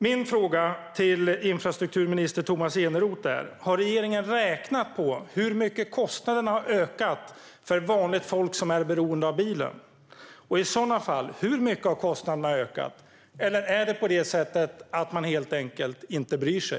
Min fråga till infrastrukturminister Tomas Eneroth är: Har regeringen räknat på hur mycket kostnaderna har ökat för vanligt folk som är beroende av bilen? I sådana fall, hur mycket har kostnaderna ökat? Eller är det på det sättet att man helt enkelt inte bryr sig?